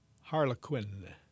Harlequin